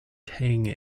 tang